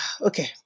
okay